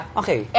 okay